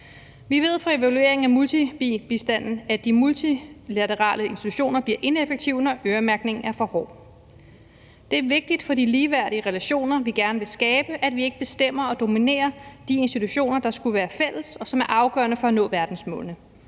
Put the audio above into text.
Vi ved fra evalueringen af multibistanden, at de multilaterale institutioner bliver ineffektive, når øremærkningen er for hård. Det er vigtigt for de ligeværdige relationer, vi gerne vil skabe, at vi ikke bestemmer og dominerer de institutioner, der skulle være fælles, og som er afgørende for at nå verdensmålene